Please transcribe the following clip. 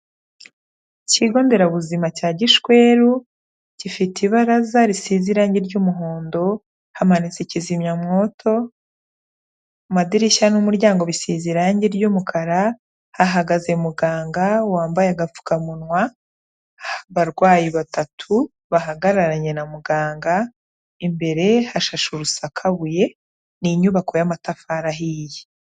Ikigo nderabuzima cya Gishweru gifite ibaraza risize irangi ry'umuhondo, hamanitse kizimyamwoto, amadirishya n'umuryango bisize irangi ry'umukara, hahagaze muganga wambaye agapfukamunwa, abarwayi batatu bahagararanye na muganga, imbere hashashe urusakabuye. Ni inyubako y'amatafari ahiye.